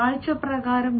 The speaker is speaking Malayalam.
കാഴ്ച പ്രകാരം